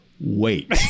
wait